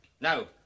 No